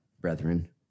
brethren